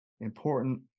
important